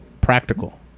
practical